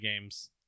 games